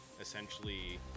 essentially